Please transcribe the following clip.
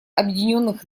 объединенных